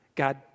God